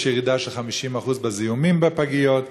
יש ירידה של 50% בזיהומים בפגיות,